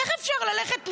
איך אפשר ללכת לישון?